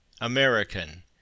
American